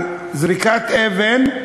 על זריקת אבן,